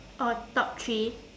oh top three